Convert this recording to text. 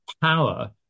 power